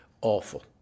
awful